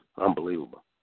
Unbelievable